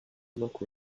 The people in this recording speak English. look